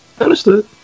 understood